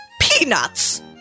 Peanuts